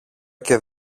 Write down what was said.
και